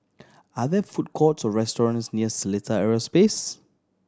are there food courts or restaurants near Seletar Aerospace